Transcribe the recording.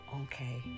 okay